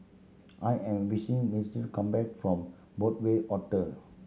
I am waiting mister come back from Broadway Hotel